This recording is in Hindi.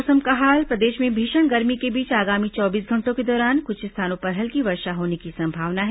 मौसम प्रदेश में भीषण गर्मी के बीच आगामी चौबीस घंटों के दौरान कुछ स्थानों पर हल्की वर्षा होने की संभावना है